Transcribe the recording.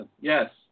Yes